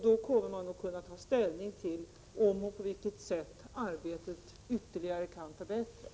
Då kommer man att kunna ta ställning till om och på vilket sätt arbetet ytterligare kan förbättras.